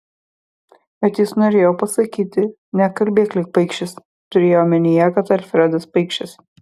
bet jis norėjo pasakyti nekalbėk lyg paikšis turėjo omenyje kad alfredas paikšis